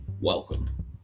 welcome